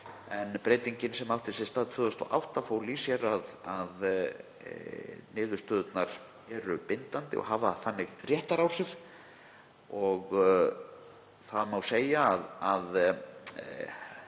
En breytingin sem átti sér stað 2008 fól í sér að niðurstöðurnar eru bindandi og hafa þannig réttaráhrif. Reynslan af